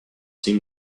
seem